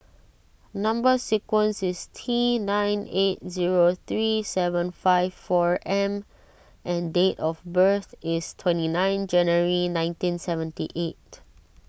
Number Sequence is T nine eight zero three seven five four M and date of birth is twenty nine January nineteen seventy eight